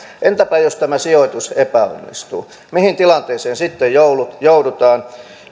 entäpä jos tämä sijoitus epäonnistuu mihin tilanteeseen sitten joudutaan